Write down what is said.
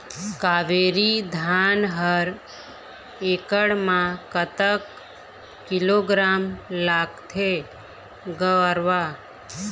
कावेरी धान हर एकड़ म कतक किलोग्राम लगाथें गरवा?